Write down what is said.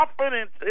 confidence